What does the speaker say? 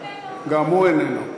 גם הוא איננו.